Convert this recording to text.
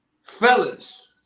Fellas